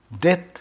death